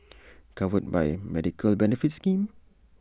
covered by A medical benefits scheme